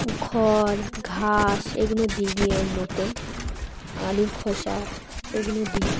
খড় ঘাস এগুলো দিই নিয়ম মতন আলুর খোসা এগুলো দিই